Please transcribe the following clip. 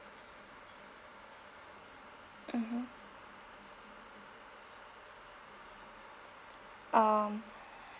mmhmm um